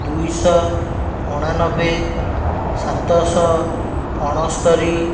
ଦୁଇଶହ ଅଣାନବେ ସାତଶହ ଅଣସ୍ତରି